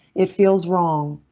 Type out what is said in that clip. it feels wrong.